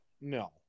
no